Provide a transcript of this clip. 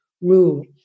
rule